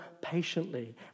patiently